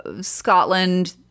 Scotland